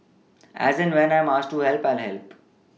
as and when I masked to help I'll help